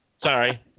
Sorry